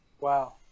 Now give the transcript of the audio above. Wow